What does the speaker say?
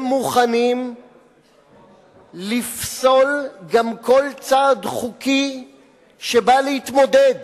הם מוכנים לפסול גם כל צעד חוקי שבא להתמודד